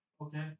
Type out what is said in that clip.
Okay